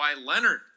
Leonard